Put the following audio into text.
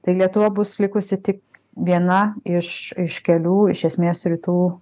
tai lietuva bus likusi tik viena iš iš kelių iš esmės rytų